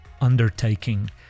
undertaking